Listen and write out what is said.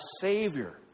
Savior